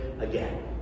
Again